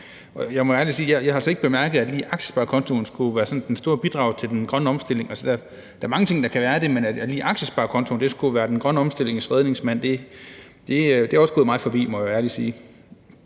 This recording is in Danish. ikke har bemærket, at lige aktiesparekontoen skulle være sådan det store bidrag til den grønne omstilling. Der er mange ting, der kan være det, men at aktiesparekontoen lige skulle være den grønne omstillings redning, erikke gået op for mig, må jeg ærligt sige.